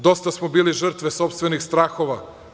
Dosta smo bili žrtve sopstvenih strahova.